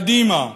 קדימה,